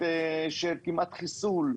כאן אנחנו מדברים על נורמה שתהיה מחייבת.